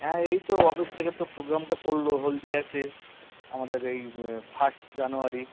হ্যাঁ এই তো অফিস থেকে তো প্রোগ্রামটা করল হলদিয়াতে আমাদের এই ফার্স্ট জানুয়ারি